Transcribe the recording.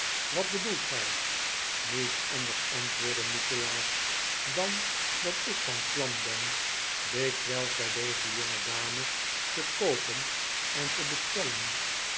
wat bedoelt gij niets anders antwoordde nikolaas dan dat ik van plan ben dikwijls bij deze jongedame te koopen en te bestellen